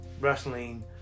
wrestling